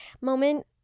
moment